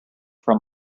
from